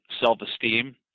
self-esteem